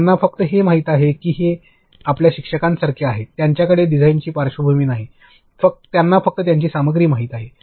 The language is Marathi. त्यांना फक्त हे माहित आहे की हे आपल्या शिक्षकांसारखे आहे त्यांच्याकडे डिझाइनची पार्श्वभूमी नाही त्यांना फक्त त्यांची सामग्री माहित आहे